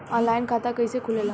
Online खाता कइसे खुलेला?